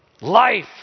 Life